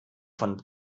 von